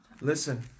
Listen